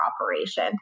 operation